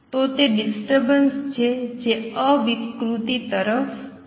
તો તે ડિસ્ટર્બન્સ છે જે અવિકૃતિ તરફ જાય છે